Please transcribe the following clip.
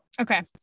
okay